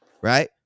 Right